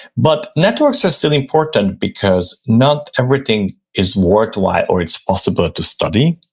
but networks are still important because not everything is worthwhile or it's possible to study.